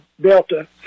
Delta